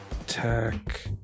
attack